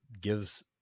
gives